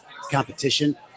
competition